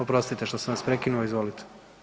Oprostite što sam vas prekinuo, izvolite.